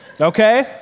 Okay